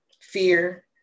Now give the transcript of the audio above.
fear